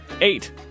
Eight